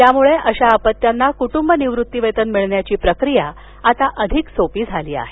यामुळे अशा अपत्यांना कुटुंब निवृत्तीवेतन मिळण्याची प्रक्रिया आता अधिक सोपी झाली आहे